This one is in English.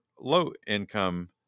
low-income